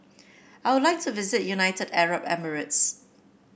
I would like to visit United Arab Emirates